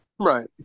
Right